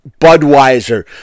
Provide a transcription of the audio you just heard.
Budweiser